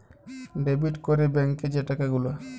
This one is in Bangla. ডেবিট ক্যরে ব্যাংকে যে টাকা গুলা